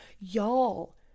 Y'all